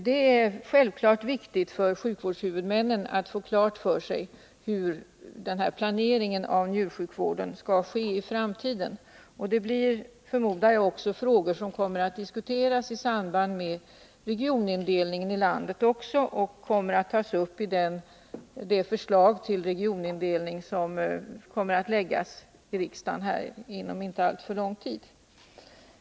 Det är självfallet viktigt för sjukvårdshuvudmännen att få klart för sig hur planeringen av njursjukvården skall ske i framtiden. Det är, förmodar jag, också en fråga som kommer att diskuteras i samband med den kommande regionindelningen i landet. Frågan kommer att tas upp i samband med det förslag till regionindelning som kommer att läggas fram för riksdagen inom inte alltför lång tid.